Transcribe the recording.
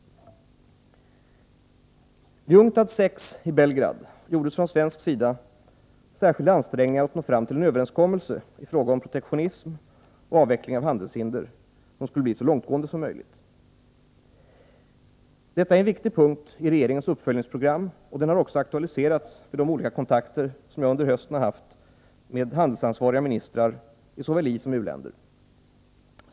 Vid UNCTAD VI i Belgrad gjordes från svensk sida särskilda ansträngningar att nå fram till en överenskommelse i frågan om protektionism och avveckling av handelshinder som skulle bli så långtgående som möjligt. Detta är en viktig punkt i regeringens uppföljningsprogram, och den har också aktualiserats vid de olika kontakter jag under hösten haft med handelsansvariga ministrar i såväl isom u-länder.